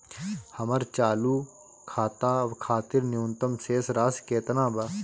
हमर चालू खाता खातिर न्यूनतम शेष राशि केतना बा?